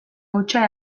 hutsa